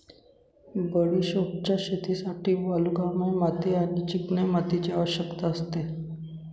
बडिशोपच्या शेतीसाठी वालुकामय माती आणि चिकन्या मातीची आवश्यकता असते